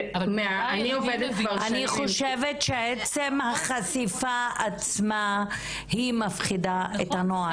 אני חושבת שעצם החשיפה עצמה היא מפחידה את הנוער.